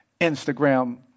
Instagram